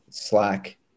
slack